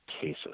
cases